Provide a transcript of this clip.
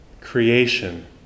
creation